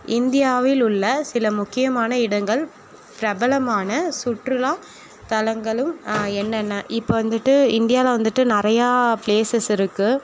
இந்தியாவில் உள்ள சில முக்கியமான இடங்கள் பிரபலமான சுற்றுலா தலங்களும் என்னென்ன இப்போ வந்துட்டு இந்தியால வந்துட்டு நிறையா ப்ளேஸஸ் இருக்குது